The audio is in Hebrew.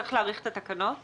שצריך להאריך את התוקף